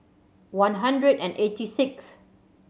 one hundred and eighty sixth